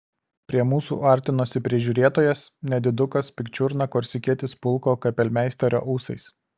prie mūsų artinosi prižiūrėtojas nedidukas pikčiurna korsikietis pulko kapelmeisterio ūsais